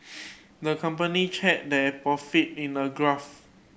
the company charted their profit in a graph